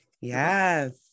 Yes